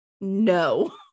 no